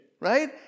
Right